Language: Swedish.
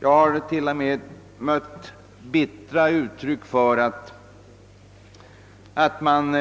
Jag har till och med mött bittra uttryck för att man